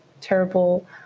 terrible